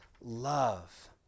love